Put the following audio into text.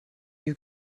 you